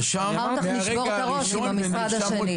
אחר כך נשבור את הראש עם המשרד השני.